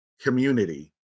community